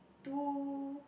two